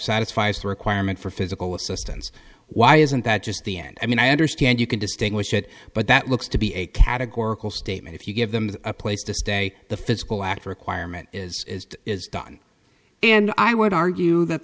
satisfy some requirement for physical assistance why isn't that just the end i mean i understand you can distinguish it but that looks to be a categorical statement if you give them a place to stay the physical act requirement is is done and i would argue that